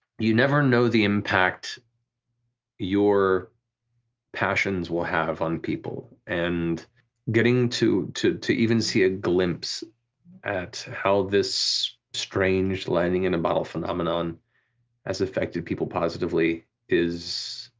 you never know the impact your passions will have on people. and getting to to to even see a glimpse at how this strange lightning in a bottle phenomenon has affected people positively is